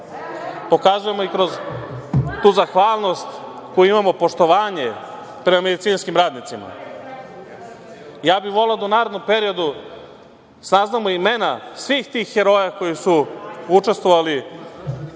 Pokazujemo i kroz tu zahvalnost koju imamo, poštovanje prema medicinskim radnicima. Ja bih voleo da u narednom periodu saznamo imena svih tih heroja koji su učestvovali